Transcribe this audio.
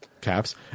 caps